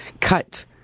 cut